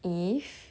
if